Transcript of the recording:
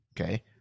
Okay